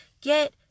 get